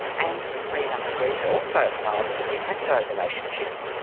and the prenup agreement also applies to de facto relationships.